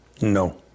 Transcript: no